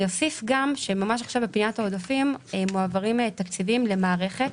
אני אוסיף שממש עכשיו בפניית העודפים מועברים תקציבים למערכת